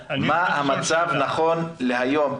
מה המצב נכון להיום,